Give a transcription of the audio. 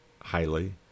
highly